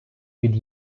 від